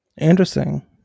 Interesting